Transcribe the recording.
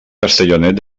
castellonet